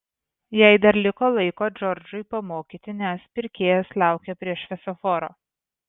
jai dar liko laiko džordžui pamokyti nes pirkėjas laukė prie šviesoforo